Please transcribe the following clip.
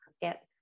get